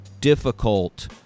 difficult